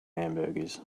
hamburgers